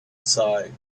sight